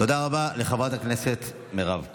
תודה רבה לחברת הכנסת מירב כהן.